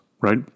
right